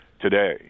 today